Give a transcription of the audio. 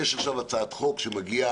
יש עכשיו הצעת חוק שמגיעה,